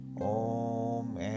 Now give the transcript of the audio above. Om